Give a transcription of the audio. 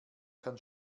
kann